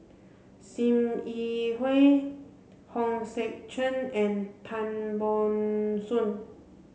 Sim Yi Hui Hong Sek Chern and Tan Ban Soon